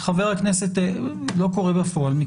לא קורה בפועל,